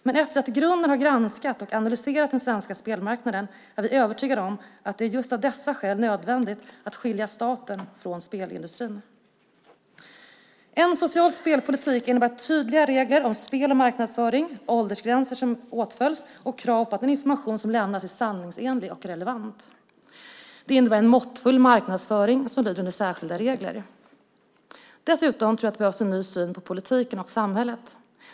Men efter att i grunden ha granskat och analyserat den svenska spelmarknaden är vi övertygade om att det just av dessa skäl är nödvändigt att skilja staten från spelindustrin. En social spelpolitik innebär tydliga regler om spel och marknadsföring, åldersgränser som åtföljs och krav på att den information som lämnas är sanningsenlig och relevant. Det innebär en måttfull marknadsföring som lyder under särskilda regler. Dessutom tror jag att det behövs en ny syn på politiken och samhället.